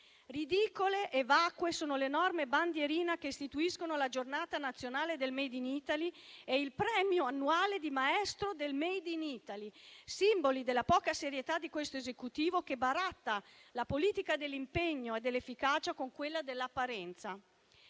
Ridicole e vacue sono le norme bandierina che istituiscono la Giornata nazionale del *made in Italy* e il premio annuale di maestro del *made in Italy*, simboli della poca serietà di questo Esecutivo, che baratta la politica dell'impegno e dell'efficacia con quella dell'apparenza.